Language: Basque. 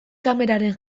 kameraren